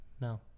No